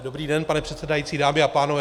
Dobrý den, pane předsedající, dámy a pánové.